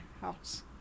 house